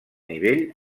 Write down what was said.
nivell